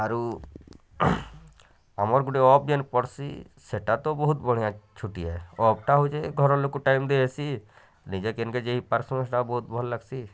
ଆରୁ ଆମର୍ ଗୋଟେ ଅଫ୍ ଯେନ୍ ପଡ଼ଶି ସେଟା ତ ବହୁତ୍ ବଢ଼ିଆ ଛୁଟି ହେ ଅଫ୍ଟା ହେଉଛି ଘର ଲୋକକୁ ଟାଇମ୍ ଦେଇହେସି ନିଜେ କେନ୍ କେ ଯାଇପାରସୁଁ ସେଟା ବହୁତ୍ ଭଲ୍ ଲାଗସି